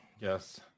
Yes